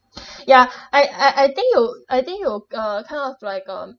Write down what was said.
ya I I I think you I think you uh kind of like um